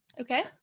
Okay